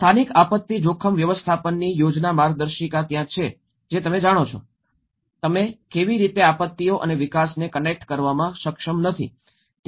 સ્થાનિક આપત્તિ જોખમ વ્યવસ્થાપનની યોજના માર્ગદર્શિકા ત્યાં છે જે તમે જાણો છો તમે કેવી રીતે આપત્તિઓ અને વિકાસને કનેક્ટ કરવામાં સક્ષમ નથી